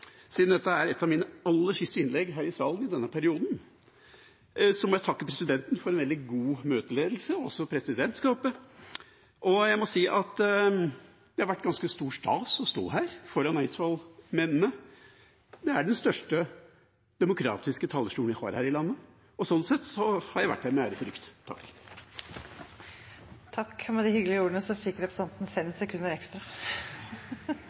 siden dette er et av mine aller siste innlegg her i salen i denne perioden – at jeg vil takke presidenten, og også presidentskapet, for en veldig god møteledelse. Jeg må si at det har vært ganske stor stas å stå her foran eidsvollsmennene. Det er den største demokratiske talerstolen vi har her i landet. Sånn sett har jeg vært her med ærefrykt. Takk – med de hyggelige ordene fikk representanten fem sekunder ekstra.